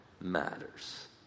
matters